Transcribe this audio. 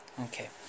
Okay